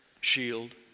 shield